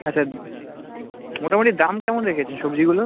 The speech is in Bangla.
আচ্ছা মোটামোটি দাম কেমন রেখেছেন সবজিগুলো